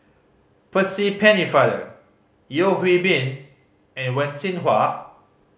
Percy Pennefather Yeo Hwee Bin and Wen Jinhua